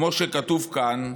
כמו שכתוב כאן,